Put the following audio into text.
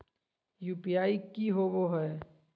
UPI की होबो है?